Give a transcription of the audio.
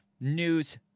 news